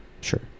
Sure